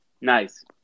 nice